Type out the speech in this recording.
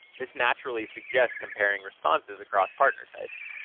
this naturally suggests comparing responses across partner types.